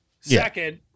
Second